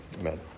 Amen